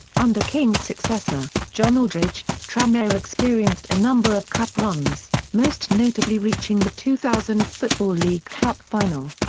under king's successor, john aldridge tranmere experienced a number of cup runs, most notably reaching the two thousand football league cup final.